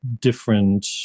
different